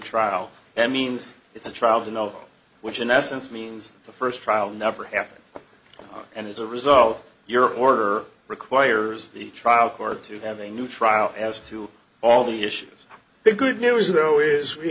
trial and means it's a trial to know which in essence means the first trial never happened and as a result your order requires the trial court to have a new trial as to all the issues the good news though is